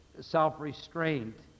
self-restraint